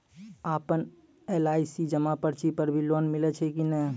आपन एल.आई.सी जमा पर्ची पर भी लोन मिलै छै कि नै?